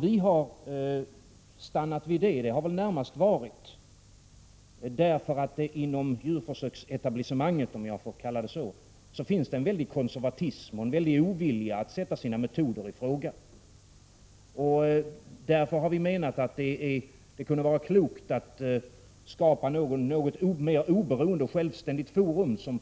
Vi har stannat vid det närmast därför att det inom djurförsöksetablissemanget, om jag får kalla det så, finns en stor konservatism och ovilja att sätta sina metoder i fråga. Därför har vi menat att det kunde vara klokt att skapa ett mer oberoende och självständigt forum som